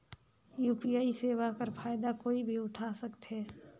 UPI सेवा कर फायदा कोई भी उठा सकथे?